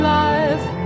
life